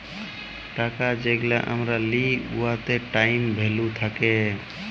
টাকা যেগলা আমরা লিই উয়াতে টাইম ভ্যালু থ্যাকে